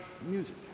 music